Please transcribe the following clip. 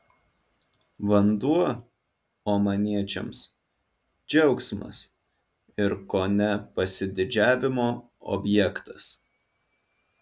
vanduo omaniečiams džiaugsmas ir kone pasididžiavimo objektas